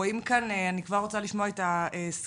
אני כבר רוצה לשמוע את הסקירה.